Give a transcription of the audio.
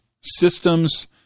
systems